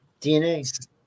DNA